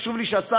חשוב לי שהשר,